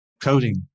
coding